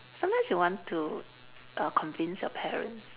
sometimes you want to err convince your parents